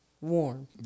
Warm